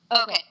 Okay